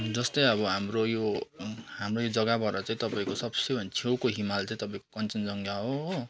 जस्तैै अब हाम्रो यो हाम्रो यो जग्गाबाट चाहिँ तपाईँको सबसे भन्दा छेउको हिमाल चाहिँ तपाईँको कञ्चनजङ्गा हो